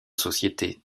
sociétés